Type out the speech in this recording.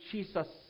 Jesus